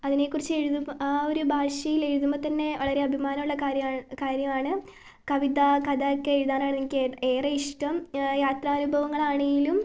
അതിനെ കുറിച്ച് എഴുതുമ്പോൾ ആ ഒരു ഭാഷയിൽ എഴുതുമ്പോ തന്നെ വളരെ അഭിമാനമുള്ള കാര്യമാണ് കവിത കഥ ഒക്കെ എഴുതാനാണ് എനിക്ക് ഏറെ ഇഷ്ട്ടം യാത്രാനുഭവങ്ങൾ ആണെങ്കിലും